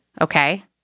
okay